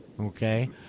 Okay